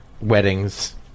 weddings